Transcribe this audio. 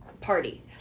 party